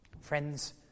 Friends